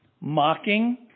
mocking